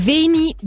Veni